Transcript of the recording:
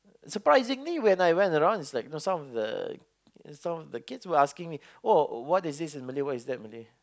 surprisingly when I went around is like some of the some of the kids were asking me oh what is this in Malay what is that in Malay